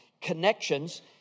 connections